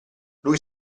lui